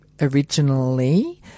originally